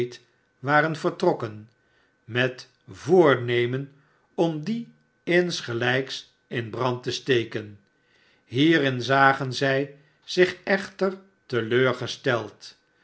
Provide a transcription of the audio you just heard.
waren getrokken met voornemen om die insgelijks in brand te steken hierin zagen zij zich echter